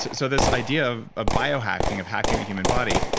so this idea of ah biohacking, of hacking the human body,